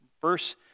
Verse